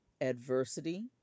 adversity